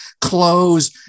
clothes